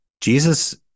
Jesus